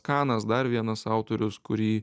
kanas dar vienas autorius kurį